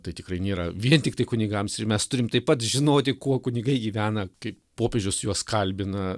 tai tikrai nėra vien tiktai kunigams ir mes turim taip pat žinoti kuo kunigai gyvena kaip popiežius juos kalbina